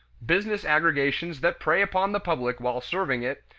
business aggregations that prey upon the public while serving it,